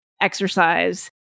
exercise